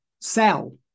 sell